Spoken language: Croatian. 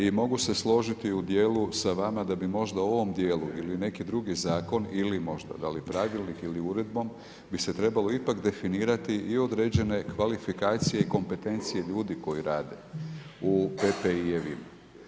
I mogu se složiti u dijelu sa vama da bi možda u ovom dijelu ili neki drugi zakon ili možda da li pravilnik ili uredbom bi se trebalo ipak definirati i određene kvalifikacije i kompetencije ljudi koji rade u PPI-evima.